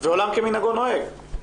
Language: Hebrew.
והעולם כמנהגו נוהג.